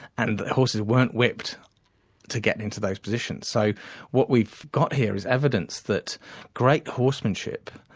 and the horses weren't whipped to get into those positions. so what we've got here is evidence that great horsemanship,